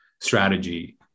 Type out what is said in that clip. strategy